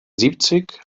siebzig